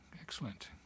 excellent